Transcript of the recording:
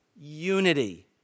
unity